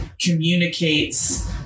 communicates